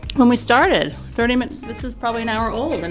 when we started thirty minutes this is probably an hour old. and